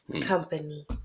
company